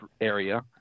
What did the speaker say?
area